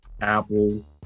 Apple